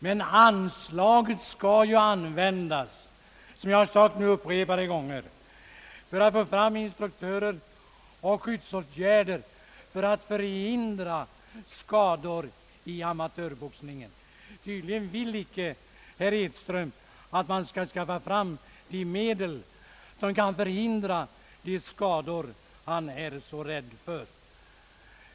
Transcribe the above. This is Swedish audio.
Men anslaget skall ju användas, som jag upprepade gånger sagt, för att få fram instruktörer och skyddsåtgärder vilka skall förhindra dessa skador vid amatörboxningen. Tydligen vill icke herr Edström att man skall skaffa fram de medel som kan förhindra dessa skador han är så rädd för.